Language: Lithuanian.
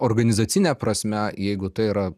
organizacine prasme jeigu tai yra